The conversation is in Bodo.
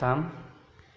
थाम